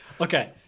okay